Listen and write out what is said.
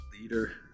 leader